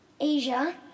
Asia